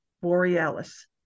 Borealis